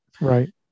Right